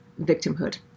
victimhood